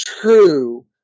true